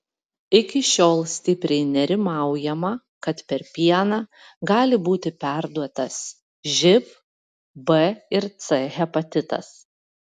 iki šiol stipriai nerimaujama kad per pieną gali būti perduotas živ b ir c hepatitas